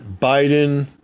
Biden